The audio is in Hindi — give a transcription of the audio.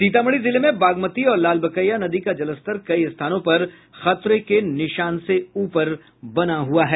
सीतामढ़ी जिले में बागमती और लालबकेया नदी का जलस्तर कई स्थानों पर खतरे के निशान से ऊपर बढ़ा हुआ है